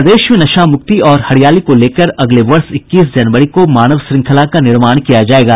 प्रदेश में नशामुक्ति और हरियाली को लेकर अगले वर्ष इक्कीस जनवरी को मानव श्रृंखला का निर्माण किया जायेगा